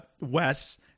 Wes